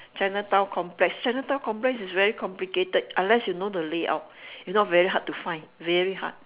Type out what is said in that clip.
chinatown-complex chinatown-complex is very complicated unless you know the layout if not very hard to find very hard